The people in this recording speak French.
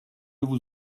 vous